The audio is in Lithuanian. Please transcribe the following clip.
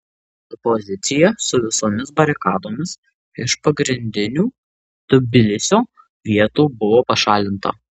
opozicija su visomis barikadomis iš pagrindinių tbilisio vietų buvo pašalinta